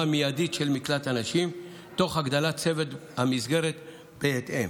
מיידית של מקלט הנשים תוך הגדלת צוות המסגרת בהתאם.